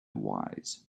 wise